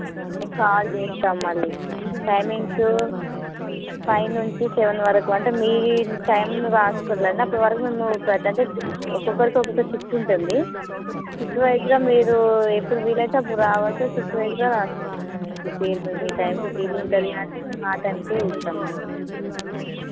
నేను కాల్ చేస్తాను మళ్ళీ టైమింగ్స్ ఫైవ్ నుంచి సెవెన్ వరకు అంటే మీ టైంని రాసుకోని వెళ్ళండి అప్పటి వరకు మేము ఒక్కొక్కరికి ఒక్కొక్క షిఫ్ట్ ఉంటుంది షిఫ్ట్ వైస్గా మీరు ఎప్పుడు వీలైతే అప్పుడు రావచ్చు షిఫ్ట్ వైస్గా రాసుకున్నాను ఇట్లా పేరు మీ టైంకి వీలు ఉంటుంది అంటే మేము ఆ టైంకు ఇస్తాం మేడమ్